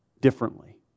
differently